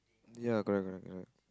ya correct correct correct